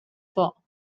fall